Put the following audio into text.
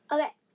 Okay